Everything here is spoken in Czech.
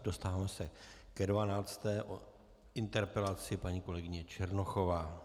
Dostáváme se ke 12. interpelaci paní kolegyně Černochové.